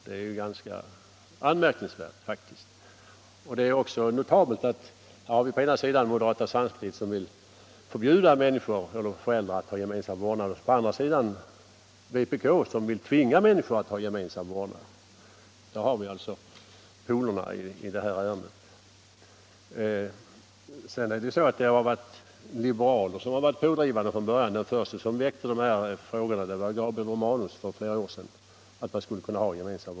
Det är faktiskt ganska anmärkningsvärt. Det är också notabelt att vi å ena sidan har moderata samlingspartiet som vill förbjuda föräldrar att ha gemensam vårdnad och å andra sidan vpk som vill tvinga människor att ha gemensam vårdnad. Där har vi alltså polerna i detta ärende. Liberaler har ju varit pådrivande från början. Den förste som väckte den här frågan — och det var för flera år sedan - var Gabriel Romanus.